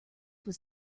was